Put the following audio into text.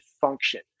function